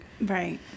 Right